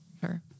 Sure